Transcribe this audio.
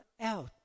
out